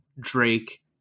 Drake